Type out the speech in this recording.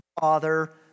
Father